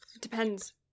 Depends